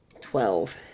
twelve